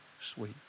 sweet